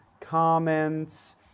comments